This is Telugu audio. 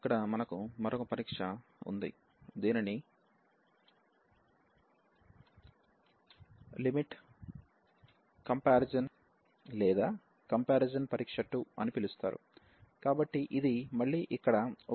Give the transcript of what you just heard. ఇక్కడ మనకు మరొక పరీక్షఉంది దీనిని లిమిట్ కంపారిజాన్ టెస్ట్ లేదా కంపారిజన్ పరీక్ష 2 అని పిలుస్తారు కాబట్టి ఇది మళ్ళీ ఇక్కడ ఉపయోగకరమైన పరీక్ష